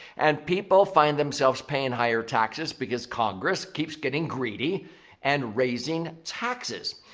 and people find themselves paying higher taxes because congress keeps getting greedy and raising taxes.